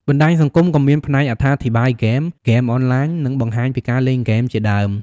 បណ្តាញសង្គមក៏មានផ្នែកអត្ថាធិប្បាយហ្គេម ហ្គេមអនឡាញ និងបង្ហាញពីការលេងហ្គេមជាដើម។